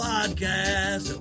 Podcast